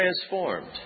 transformed